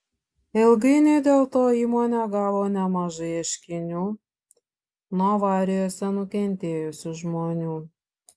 ilgainiui dėl to įmonė gavo nemažai ieškinių nuo avarijose nukentėjusių žmonių